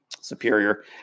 Superior